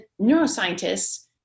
neuroscientists